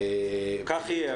כך יהיה.